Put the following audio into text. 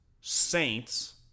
Saints